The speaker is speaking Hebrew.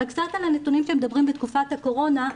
אבל קצת על הנתונים שמדברים בתקופת הקורונה,